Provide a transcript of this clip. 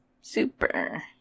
Super